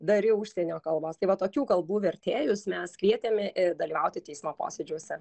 dari užsienio kalbos tai va tokių kalbų vertėjus mes kvietėme dalyvauti teismo posėdžiuose